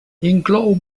inclou